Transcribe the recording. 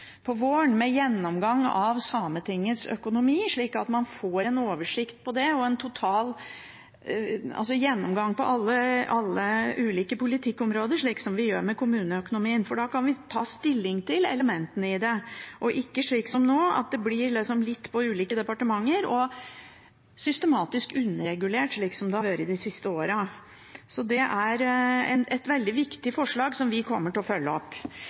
våren, med gjennomgang av Sametingets økonomi, slik at man får en oversikt over det, og en total gjennomgang på alle ulike politikkområder, slik som vi gjør med kommuneøkonomien. Da kan vi ta stilling til elementene i det, og ikke slik som nå, at det blir litt under ulike departementer og systematisk underregulert, slik som det har vært de siste årene. Det er et veldig viktig forslag, som vi kommer til å følge opp.